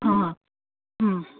অঁ